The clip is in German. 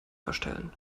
verstellen